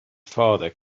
father